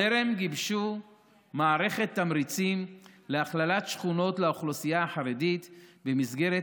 "טרם גיבשו מערכת תמריצים להכללת שכונות לאוכלוסייה החרדית במסגרת